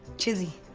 chizzy.